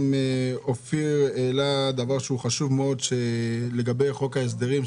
גם אופיר העלה דבר שהוא חשוב מאוד לגבי חוק ההסדרים,